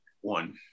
one